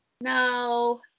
No